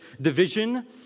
division